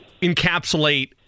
encapsulate